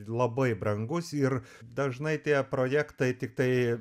labai brangus ir dažnai tie projektai tiktai